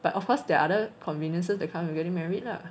but of course there are other conveniences that come with getting married lah